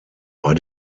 bei